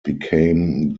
became